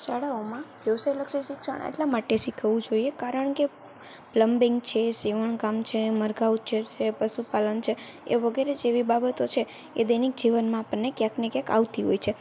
શાળાઓમાં વ્યવસાયલક્ષી શિક્ષણ એટલાં માટે શીખવવું જોઈએ કારણ કે પ્લમ્બિંગ છે સીવણકામ છે મરઘાં ઉછેર છે પશુપાલન છે એ વગેરે જેવી બાબતો છે એ દૈનિક જીવનમાં આપણને ક્યાંક ને ક્યાંક આવતી હોય છે